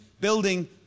building